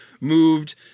moved